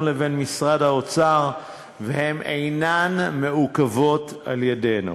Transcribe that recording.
לבין משרד האוצר והן אינן מעוכבות על-ידינו.